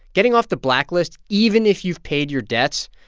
getting off the blacklist, even if you've paid your debts,